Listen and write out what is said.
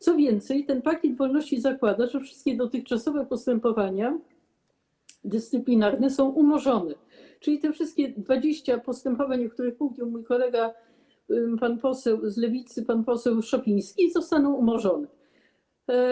Co więcej, ten pakiet wolności zakłada, że wszystkie dotychczasowe postępowania dyscyplinarne zostają umorzone, czyli wszystkich 20 postępowań, o których mówił mój kolega, pan poseł z Lewicy, pan poseł Szopiński, zostanie umorzonych.